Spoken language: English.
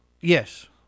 Yes